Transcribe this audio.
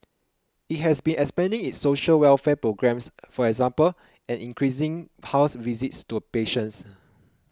it has been expanding its social welfare programmes for example and increasing house visits to patients